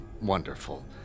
wonderful